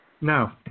No